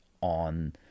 on